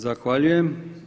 Zahvaljujem.